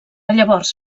llavors